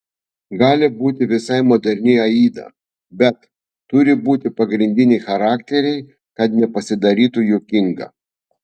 gali būti visai moderni aida bet turi būti pagrindiniai charakteriai kad nepasidarytų juokinga